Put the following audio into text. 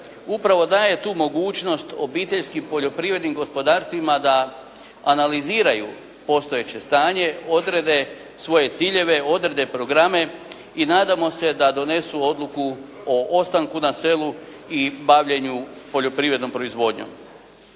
upravo daje tu mogućnost obiteljskim poljoprivrednim gospodarstvima da analiziraju postojeće stanje, odrede svoje ciljeve, odrede programe i nadamo se da donesu odluku o ostanku na selu i bavljenju poljoprivrednom proizvodnjom.